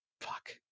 fuck